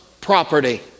property